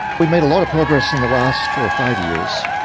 we've made a lot of progress in the last four or five years.